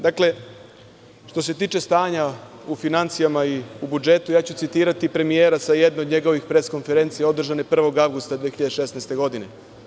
Dakle, što se tiče stanja u finansijama i budžetu, ja ću citirati premijera sa jedne od njegovih pres konferencija održane 1. avgusta 2016. godine.